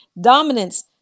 dominance